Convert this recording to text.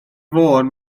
fôn